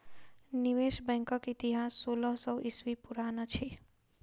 निवेश बैंकक इतिहास सोलह सौ ईस्वी पुरान अछि